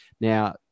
Now